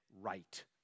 right